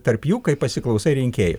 tarp jų kai pasiklausai rinkėjų